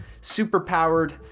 super-powered